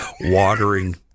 watering